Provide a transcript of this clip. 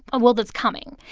a world that's coming.